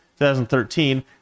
2013